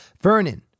Vernon